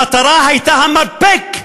המטרה הייתה המרפק,